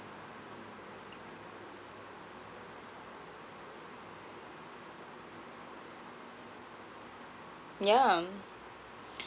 yeah um